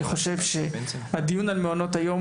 אני חושב שהדיון על מעונות היום,